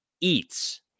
eats